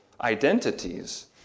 identities